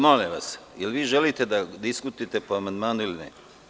Molim vas, jel vi želite da diskutujete po amandmanu ili ne?